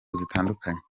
zitandukanye